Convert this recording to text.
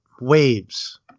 waves